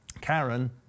Karen